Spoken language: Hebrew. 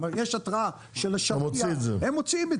אבל יש התראה --- אתה מוציא את זה.